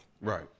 right